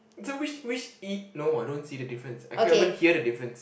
so which which i~ no I don't see the difference I can't even hear the difference